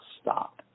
stop